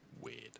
Weird